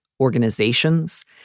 organizations